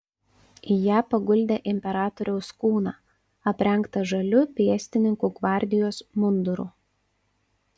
į ją paguldė imperatoriaus kūną aprengtą žaliu pėstininkų gvardijos munduru